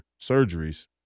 surgeries